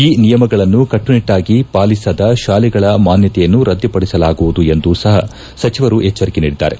ಈ ನಿಯಮಗಳನ್ನು ಕಟ್ಲುನಿಟ್ಲಾಗಿ ಪಾಲಿಸದ ಶಾಲೆಗಳ ಮಾನ್ನತೆಯನ್ನು ರದ್ದುಪಡಿಸಲಾಗುವುದೆಂದೂ ಸಪ ಸಚಿವರು ಎಚ್ಚರಿಕೆ ನೀಡಿದ್ದಾರೆ